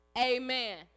Amen